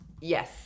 Yes